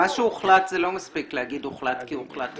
זה לא מספיק להגיד הוחלט כי הוחלט.